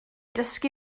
dysgu